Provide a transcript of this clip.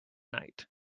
night